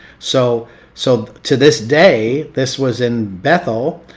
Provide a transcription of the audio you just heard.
so so to this day, this was in bethel.